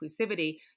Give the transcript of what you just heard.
inclusivity